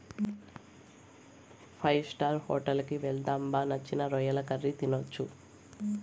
five star hotel కి వెళ్దాం బా నచ్చిన రొయ్యల కర్రీ తినొచ్చు